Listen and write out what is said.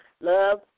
Love